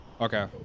Okay